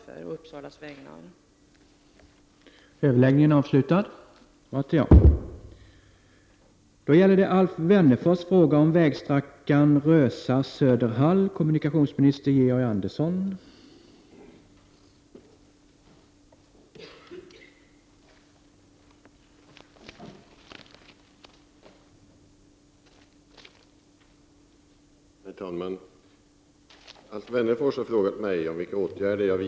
Och jag är å Uppsalas vägnar mycket glad över detta.